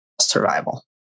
survival